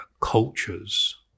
cultures